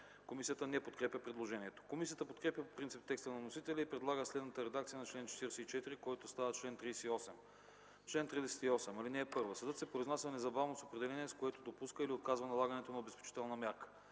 Комисията не подкрепя предложението. Комисията подкрепя по принцип текста на вносителя и предлага следната редакция на чл. 44, който става чл. 38: „Чл. 38 (1) Съдът се произнася незабавно с определение, с което допуска или отказва налагането на обезпечителна мярка.